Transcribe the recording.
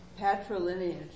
Patrilineage